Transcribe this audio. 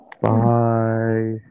Bye